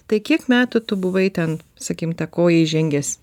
tai kiek metų tu buvai ten sakym ta koja įžengęs